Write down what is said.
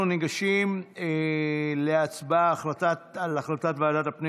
אנחנו ניגשים להצבעה על הצעת ועדת הפנים